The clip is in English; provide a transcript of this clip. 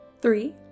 three